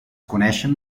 coneixen